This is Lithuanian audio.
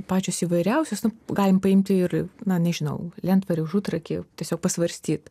pačios įvairiausios nu galim paimti ir na nežinau lentvarį užutrakį tiesiog pasvarstyt